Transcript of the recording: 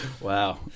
Wow